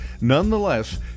nonetheless